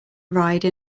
ride